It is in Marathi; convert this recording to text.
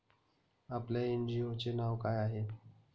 आपल्या एन.जी.ओ चे नाव काय आहे?